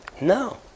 No